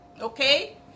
Okay